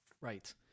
Right